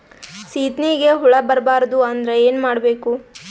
ಸೀತ್ನಿಗೆ ಹುಳ ಬರ್ಬಾರ್ದು ಅಂದ್ರ ಏನ್ ಮಾಡಬೇಕು?